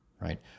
right